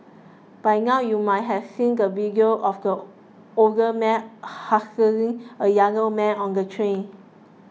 by now you might have seen the video of the older man hassling a younger man on the train